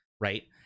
right